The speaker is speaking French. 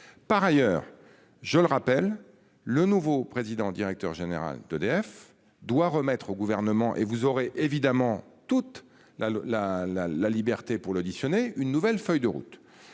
Par ailleurs, je le rappelle, le nouveau président directeur général d'EDF doit remettre au gouvernement et vous aurez évidemment toute la la la la la liberté pour l'auditionner une nouvelle feuille de route.